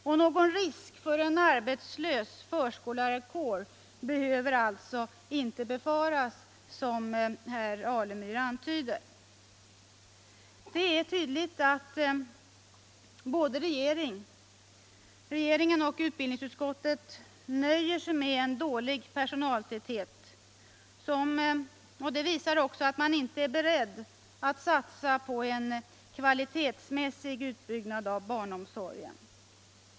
Man behöver alltså inte befara att det skall bli en arbetslös förskollärarkår, som herr Alemyr antyder. Det är tydligt att både regeringen och utbildningsutskottet nöjer sig med en dålig personaltäthet. Det visar också att man inte är beredd att satsa på en kvalitetsmässig utbyggnad av barnomsorgen.